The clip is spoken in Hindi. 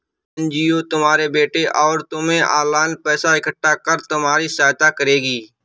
एन.जी.ओ तुम्हारे बेटे और तुम्हें ऑनलाइन पैसा इकट्ठा कर तुम्हारी सहायता करेगी